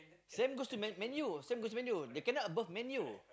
same goes to Man Man-U same goes to Man-U they cannot above Man-U